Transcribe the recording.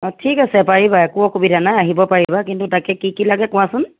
অঁ ঠিক আছে পাৰিবা একো অসুবিধা নাই আহিব পাৰিবা তাকে কি কি লাগে কোৱাচোন